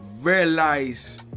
realize